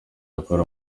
akora